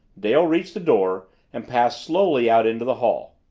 dale reached the door and passed slowly out into the hall.